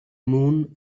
moon